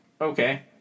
okay